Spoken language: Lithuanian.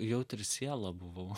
jautri siela buvau